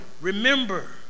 remember